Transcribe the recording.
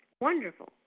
Wonderful